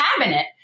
cabinet